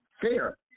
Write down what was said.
fair